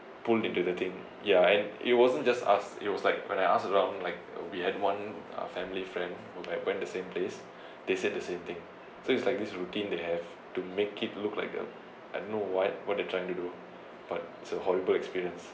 pulled into the thing yeah and it wasn't just us it was like when I ask around like we had one uh family friend who like went the same place they said the same thing so it's like this routine they have to make it look like the I don't know what what they're trying to do but is a horrible experience